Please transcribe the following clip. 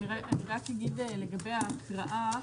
רק אגיד לגבי ההקראה.